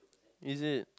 is it